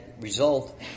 result